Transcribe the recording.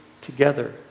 together